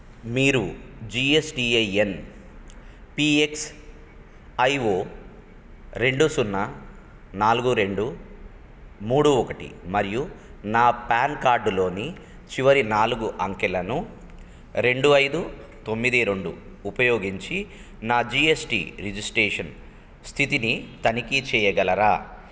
మీరు G S T I N P X I O రెండు సున్నా నాలుగు రెండు మూడు ఒకటి మరియు నా పాన్ కార్డులోని చివరి నాలుగు అంకెలను రెండు ఐదు తొమ్మిది రెండు ఉపయోగించి నా జి ఎస్ టి రిజిస్ట్రేషన్ స్థితిని తనిఖీ చేయగలరా